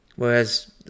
Whereas